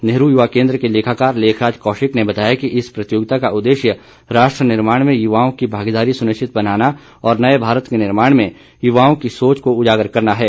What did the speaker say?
नेहरू युवा केन्द्र के लेखाकार लेखराज कौशिक ने बताया कि इस प्रतियोगिता का उद्देश्य राष्ट्र निर्माण में युवाओं की भागीदारी सुनिश्चित बनाना और नए भारत के निर्माण में युवाओं की सोच को उजागर करना है